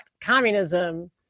communism